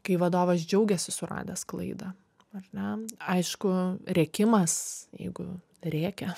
kai vadovas džiaugiasi suradęs klaidą ar ne aišku rėkimas jeigu rėkia